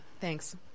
Thanks